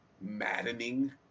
maddening